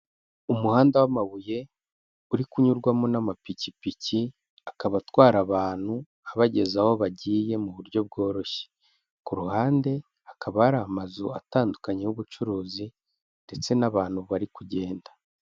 Umuhanda w'amabuye urikunyurwamo n'amapikipiki, akaba atwara abantu abageza aho bagiye mu buryo bworoshye. Ku ruhande hakaba hari amazu atandukanye y'ubucuruzi ndetse n'abantu barikugenda.